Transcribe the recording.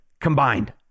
combined